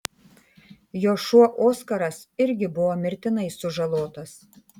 jo šuo oskaras irgi buvo mirtinai sužalotas